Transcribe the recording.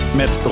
met